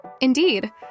Indeed